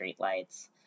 streetlights